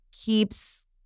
keeps